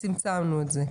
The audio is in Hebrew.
וצמצמנו את זה.